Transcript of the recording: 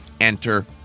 Enter